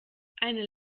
eine